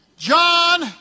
John